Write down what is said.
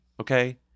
okay